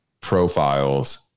profiles